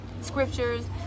scriptures